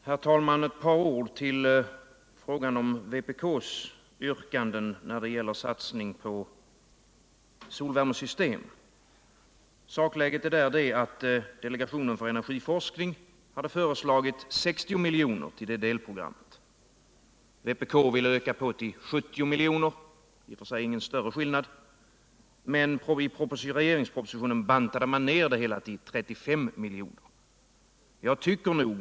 Herr talman! Ett par ord i anslutning till frågan om vpk:s yrkanden när det gäller satsning på solvärmesystem. Sakläget är i denna fråga att delegationen för energiforskning föreslagit 60 miljoner till detta delprogram. Vpk ville öka detta till 70 miljoner, vilket i och för sig Inte innebär någon större skillnad, men i regeringspropositionen bantade man ner det hela till 35 miljoner.